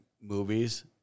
movies